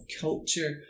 culture